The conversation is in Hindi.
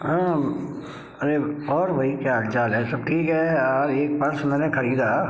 हँ अरे और भाई क्या हालचाल है सब ठीक है यार एक पर्स मैंने खरीदा